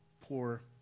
poor